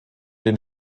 den